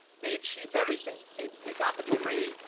they achieved everything, they they got the degree,